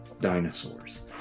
dinosaurs